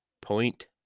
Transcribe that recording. Point